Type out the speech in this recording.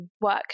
work